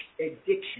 addiction